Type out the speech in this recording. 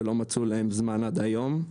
שלא מצאו להן זמן עד היום,